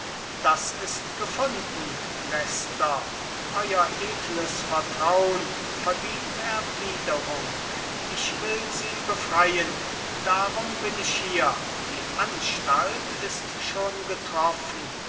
das ist gefunden leicester euer edles vertraun verdient erwiderung ich will sie befreien darum bin ich hier die anstalt ist schon getroffen